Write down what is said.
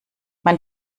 man